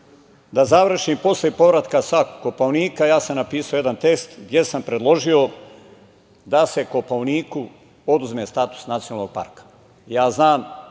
završim, posle povratka sa Kopaonika ja sam napisao jedan tekst gde sam predložio da se Kopaoniku oduzme status nacionalnog parka. Znam